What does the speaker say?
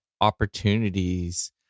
opportunities